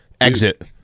exit